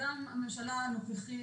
אולם הממשלה הנוכחית,